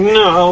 no